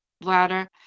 bladder